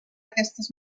aquestes